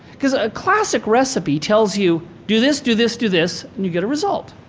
cause a classic recipe tells you, do this. do this. do this. and you get a result.